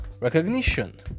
recognition